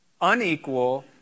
unequal